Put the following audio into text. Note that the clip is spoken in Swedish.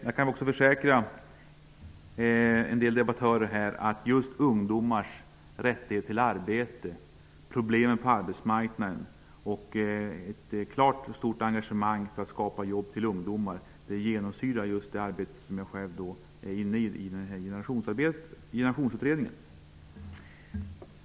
Jag kan också försäkra en del av meddebattörerna här att ungdomars rätt till arbete, problemen på arbetsmarknaden och ett klart och stort engagemang för att skapa jobb för ungdomar genomsyrar arbetet i Generationsutredningen.